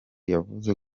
yavuze